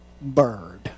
bird